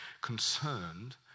concerned